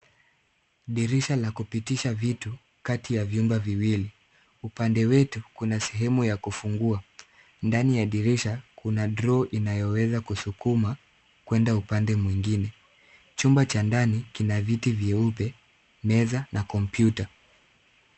Dirisha la kupitisha vitu kati ya vyumba viwili. Upande wetu kuna sehemu ya kufungua, ndani ya dirisha kuna droo inayoweza kusukuma kwenda upande mwingine. Chumba cha ndani kina viti vyeupe, meza na kompyuta.